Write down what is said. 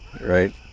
Right